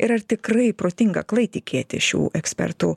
ir ar tikrai protinga aklai tikėti šių ekspertų